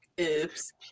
Oops